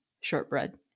Shortbread